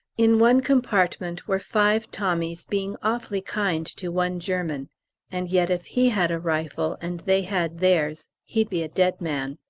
in one compartment were five tommies being awfully kind to one german and yet if he had a rifle, and they had theirs, he'd be a dead man.